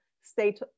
state